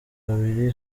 babiri